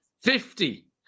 Fifty